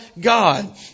God